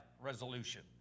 resolution